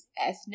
ethnic